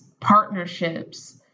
partnerships